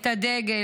את הדגל,